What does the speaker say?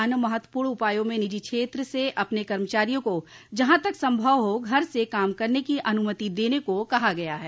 अन्य महत्वपूर्ण उपायों में निजी क्षेत्र से अपने कर्मचारियों को जहां तक संभव हो घर से काम करने की अनुमति देने को कहा गया है